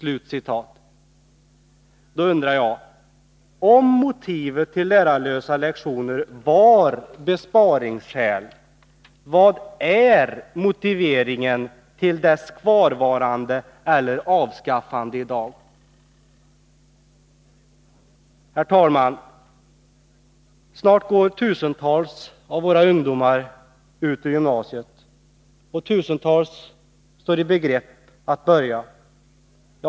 Jag undrar: Om motivet till införandet av lärarlösa lektioner var besparingsskäl, vad är då motiveringen till deras kvarvarande eller avskaffande i dag? Herr talman! Snart går tusentals av våra ungdomar ut ur gymnasiet, och tusentals står i begrepp att börja gymnasieskolan.